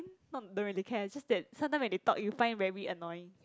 not don't really care just that sometime when they talk you find it very annoying